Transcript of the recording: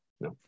No